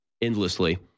endlessly